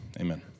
amen